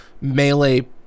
melee